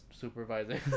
supervising